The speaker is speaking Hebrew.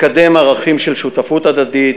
לקדם ערכים של שותפות הדדית,